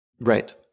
Right